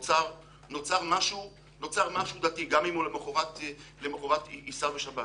נוצר משהו דתי גם אם הוא למחרת ייסע בשבת